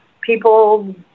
people